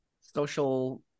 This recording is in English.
Social